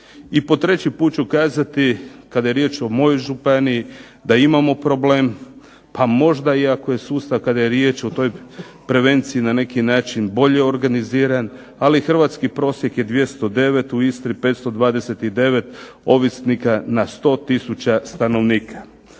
I po treći put ću kazati, kada je riječ o mojoj županiji, da imamo problem, pa možda iako je sustav kada je riječ o toj prevenciji na neki način bolje organiziran, ali hrvatski prosjek je 209, u Istri 529 ovisnika na 100 tisuća stanovnika.